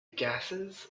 gases